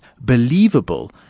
believable